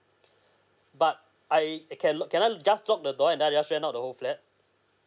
but I can lo~ can I just lock the door and I just rent out the whole flat